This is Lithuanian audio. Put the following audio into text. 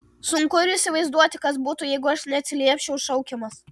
sunku ir įsivaizduoti kas būtų jeigu aš neatsiliepčiau šaukiamas